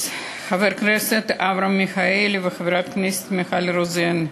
חבר הכנסת אברהם מיכאלי וחברת הכנסת מיכל רוזין,